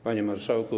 Panie Marszałku!